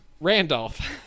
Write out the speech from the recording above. Randolph